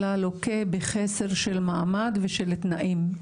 אלא לוקה בחסר של מעמד ושל תנאים.